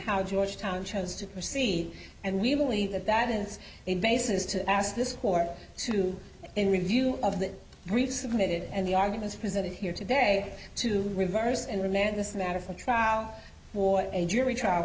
how georgetown chose to proceed and we believe that that is a basis to ask this court to in review of the briefs submitted and the arguments presented here today to reverse and remand this matter for a trial or a jury trial